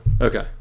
Okay